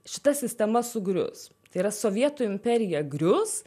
šita sistema sugrius tai yra sovietų imperija grius